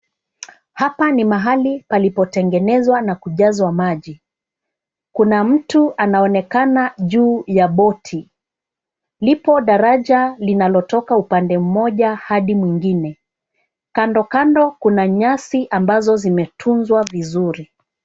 Hapa ni mahali palipo tengenezwa na kujazwa maji. Kuna mtu anaonekana juu ya boti, lipo daraja linalotoka upande mmoja hadi mwingine. Kando kando kuna nyasi ambazo zimetunzwa vizuri.